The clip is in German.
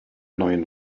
neuen